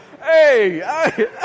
hey